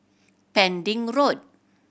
Pending Road